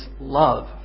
love